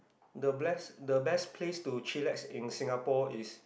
the bless the best place to chillax in Singapore is